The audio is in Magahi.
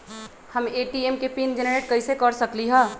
हम ए.टी.एम के पिन जेनेरेट कईसे कर सकली ह?